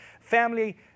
family